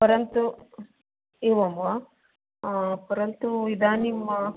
परन्तु एवं वा परन्तु इदानीं